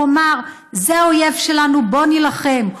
הוא אמר: זה האויב שלנו ובו נילחם.